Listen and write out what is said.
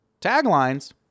taglines